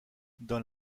dans